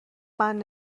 بند